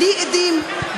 בלי עדים,